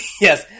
yes